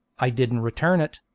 i didn't return it.